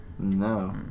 No